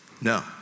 no